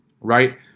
right